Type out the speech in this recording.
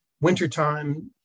wintertime